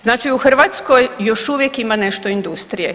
Znači u Hrvatskoj još uvijek ima nešto industrije.